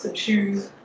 ah choose